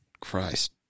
Christ